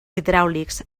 hidràulics